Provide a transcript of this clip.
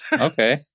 Okay